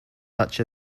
such